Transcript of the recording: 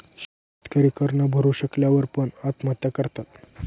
शेतकरी कर न भरू शकल्या वर पण, आत्महत्या करतात